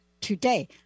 today